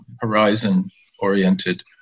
horizon-oriented